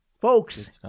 folks